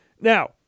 Now